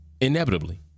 Inevitably